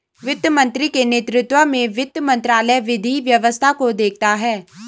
वित्त मंत्री के नेतृत्व में वित्त मंत्रालय विधि व्यवस्था को देखता है